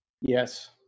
Yes